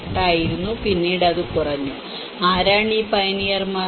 8 ആയിരുന്നു പിന്നീട് അത് കുറഞ്ഞു ആരാണ് ഈ പയനിയർമാർ